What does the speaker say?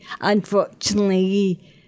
unfortunately